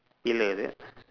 pillar is it